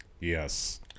Yes